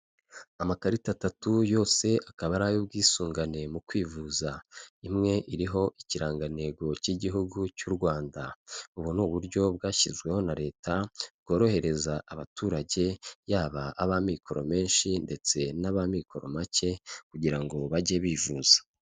Amakarita atatu yose akaba ari ay'ubwisungane mu kwivuza, imwe iriho ikirangantego cy'igihugu cy'u Rwanda, ubu ni uburyo bwashyizweho na leta bworohereza abaturage, yaba ab'amikoro menshi ndetse n'amikoro make kugira ngo bajye bivuza.